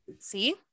See